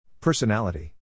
Personality